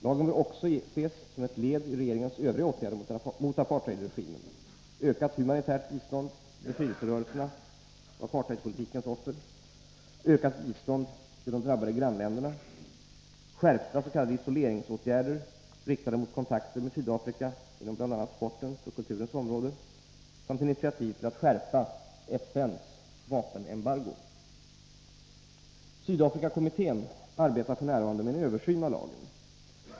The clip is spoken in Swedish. Lagen bör också ses som ett led i regeringens övriga åtgärder mot apartheidregimen: ökat humanitärt bistånd till befrielserörelserna och apartheidpolitikens offer, ökat bistånd till de drabbade grannländerna, skärpta s.k. isoleringsåtgärder riktade mot kontakter med Sydafrika inom bl.a. sportens och kulturens område samt initiativ till att skärpa FN:s vapenembargo. Sydafrikakommittén arbetar f. n. med en översyn av lagen.